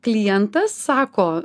klientas sako